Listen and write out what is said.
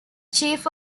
chief